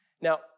Now